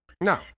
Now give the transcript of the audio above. No